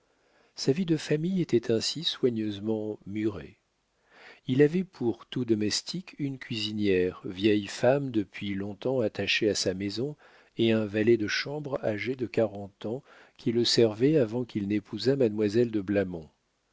sa vie de famille était ainsi soigneusement murée il avait pour tout domestique une cuisinière vieille femme depuis long-temps attachée à sa maison et un valet de chambre âgé de quarante ans qui le servait avant qu'il n'épousât mademoiselle de